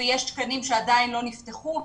ויש תקנים שעדיין לא נפתחו.